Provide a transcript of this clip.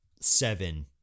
seven